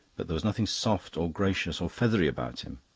but there was nothing soft or gracious or feathery about him.